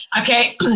okay